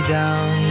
down